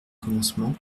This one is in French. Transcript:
commencement